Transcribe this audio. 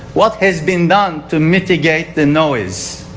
what has been done to mitigate the noise.